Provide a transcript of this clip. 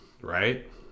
right